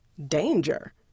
danger